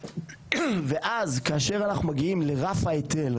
ואז כשאנחנו מגיעים לרף ההיטל,